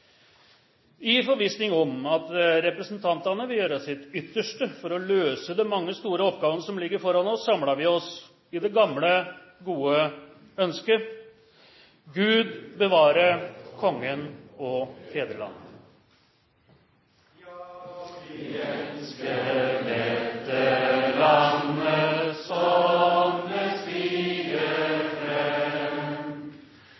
I forvissning om at representantene vil gjøre sitt ytterste for å løse de mange store oppgavene som ligger foran oss, samler vi oss i det gamle, gode ønsket: Gud bevare Kongen og